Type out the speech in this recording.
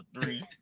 three